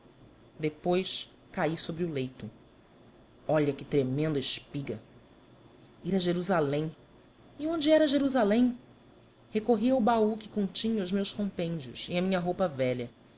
depois cal sobre o leito olha que tremenda espiga ir a jerusalém e onde era jerusalém recorri ao baú que continha os meus compêndios e a minha roupa velha